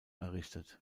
errichtet